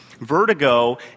Vertigo